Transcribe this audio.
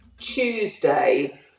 Tuesday